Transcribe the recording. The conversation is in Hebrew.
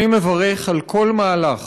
אני מברך על כל מהלך